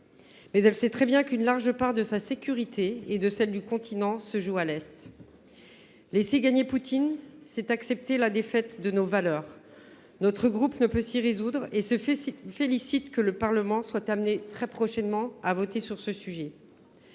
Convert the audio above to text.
mais elle sait très bien qu’une large part de sa propre sécurité et de celle du continent se joue à l’Est. Laisser gagner Poutine, c’est accepter la défaite de nos valeurs. Notre groupe ne peut s’y résoudre et se félicite que le Parlement soit amené très prochainement à voter sur le sujet.